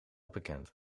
bekend